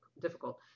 difficult